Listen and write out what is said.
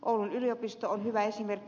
oulun yliopisto on hyvä esimerkki